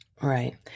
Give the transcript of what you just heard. right